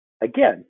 again